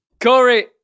Corey